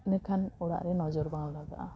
ᱮᱸᱰᱮ ᱠᱷᱟᱱ ᱚᱲᱟᱜ ᱨᱮ ᱱᱚᱡᱚᱨ ᱵᱟᱝ ᱞᱟᱜᱟᱜᱼᱟ